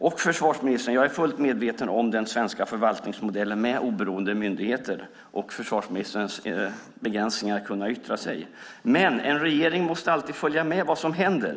Jag är fullt medveten, försvarsministern, om den svenska förvaltningsmodellen med oberoende myndigheter och om försvarsministerns begränsade möjligheter att yttra sig. Men en regering måste alltid följa med vad som händer.